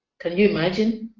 can you imagine?